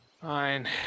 Fine